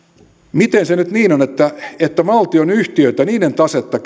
miten se nyt niin on että että valtionyhtiöiden tasetta